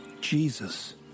Jesus